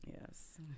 Yes